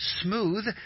smooth